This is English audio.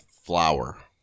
flour